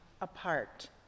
apart